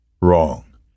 Wrong